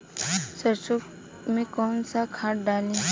सरसो में कवन सा खाद डाली?